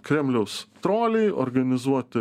kremliaus troliai organizuoti